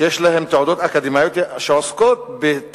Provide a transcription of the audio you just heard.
יש להן תעודות אקדמיות והן עוסקות במשרות